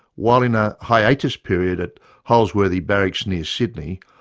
while in a hiatus period holsworthy barracks near sydney,